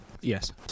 Yes